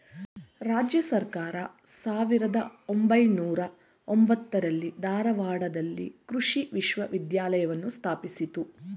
ರಾಜ್ಯ ಸರ್ಕಾರ ಸಾವಿರ್ದ ಒಂಬೈನೂರ ಎಂಬತ್ತಾರರಲ್ಲಿ ಧಾರವಾಡದಲ್ಲಿ ಕೃಷಿ ವಿಶ್ವವಿದ್ಯಾಲಯವನ್ನು ಸ್ಥಾಪಿಸಿತು